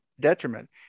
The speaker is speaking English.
detriment